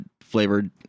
flavored